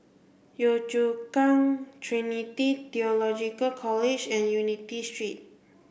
Yio Chu Kang Trinity Theological College and Unity Street